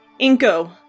Inko